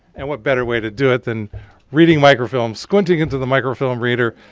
and what better way to do it than reading microfilm, squinting in to the microfilm reader?